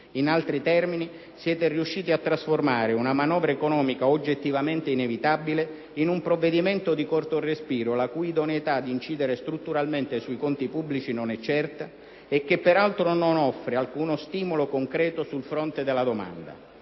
In altri termini, siete riusciti a trasformare una manovra economica oggettivamente inevitabile in un provvedimento di corto respiro, la cui idoneità ad incidere strutturalmente sui conti pubblici non è certa e che, peraltro, non offre alcuno stimolo concreto sul fronte della domanda.